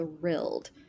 thrilled